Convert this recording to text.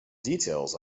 details